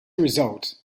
result